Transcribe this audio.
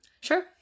Sure